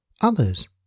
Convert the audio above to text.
Others